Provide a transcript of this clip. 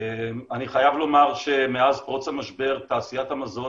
אני חייב לומר שמאז פרוץ המשבר תעשיית המזון